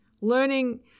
learning